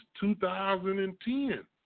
2010